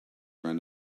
run